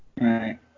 Right